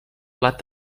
plat